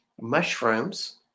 mushrooms